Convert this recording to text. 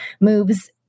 moves